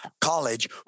college